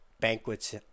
banquets